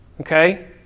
Okay